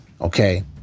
Okay